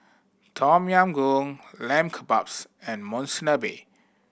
Tom Yam Goong Lamb Kebabs and Monsunabe